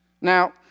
Now